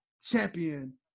champion